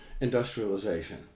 industrialization